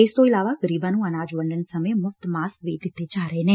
ਇਸ ਤੋਂ ਇਲਾਵਾ ਗਰੀਬਾਂ ਨੂੰ ਅਨਾਜ ਵੰਡਣ ਸਮੇ ੰ ਮੁਫ਼ਤ ਮਾਸਕ ਵੀ ਦਿੱਤੇ ਜਾ ਰਹੇ ਨੇ